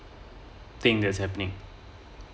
things that happening